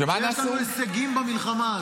שיש לנו הישגים במלחמה הזאת.